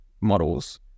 models